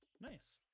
Nice